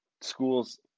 schools